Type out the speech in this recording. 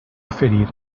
oferir